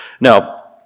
Now